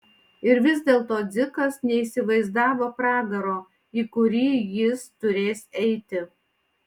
ir vis dėlto dzikas neįsivaizdavo pragaro į kurį jis turės eiti